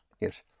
Yes